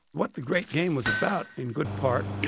what the great game was about in good part,